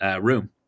room